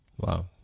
Wow